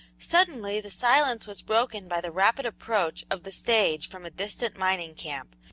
suddenly the silence was broken by the rapid approach of the stage from a distant mining camp,